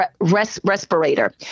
respirator